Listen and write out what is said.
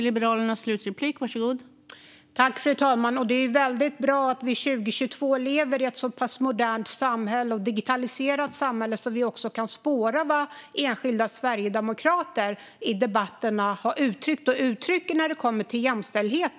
Fru talman! Det är väldigt bra att vi 2022 lever i ett så pass modernt och digitaliserat samhälle så att vi kan spåra vad enskilda sverigedemokrater har uttryckt och uttrycker i debatten när det kommer till jämställdhet.